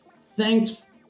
Thanks